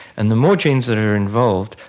and the more genes that are involved,